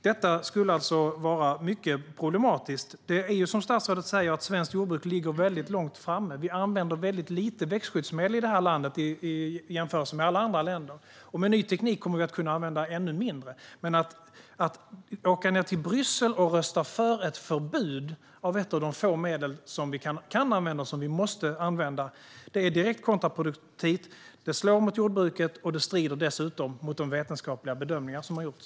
Detta skulle vara mycket problematiskt. Som statsrådet säger ligger svenskt jordbruk långt framme. Vi använder väldigt lite växtskyddsmedel i det här landet i jämförelse med alla andra länder, och med ny teknik kommer vi att kunna ännu mindre växtskyddsmedel. Men att åka ned till Bryssel och rösta för ett förbud mot ett av de få medel som kan och måste användas är direkt kontraproduktivt. Det slår mot jordbruket och dessutom strider det mot de vetenskapliga bedömningar som har gjorts.